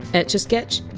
etchasketch?